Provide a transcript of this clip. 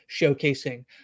showcasing